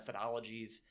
methodologies